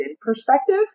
perspective